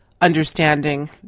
understanding